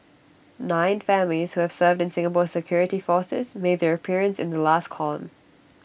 nine families who have served in Singapore's security forces made their appearance in the last column